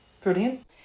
brilliant